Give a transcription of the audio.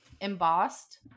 embossed